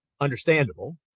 understandable